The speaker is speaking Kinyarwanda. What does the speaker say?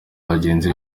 bagenzi